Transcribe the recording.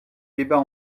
débat